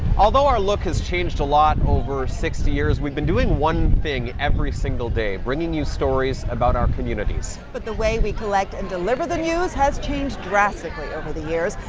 although our look has changed a lot over sixty years, we've been doing one thing every single day, bringing you stories about our communities. jayne but the way we collect and deliver the news has changed drastically over the years,